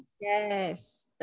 yes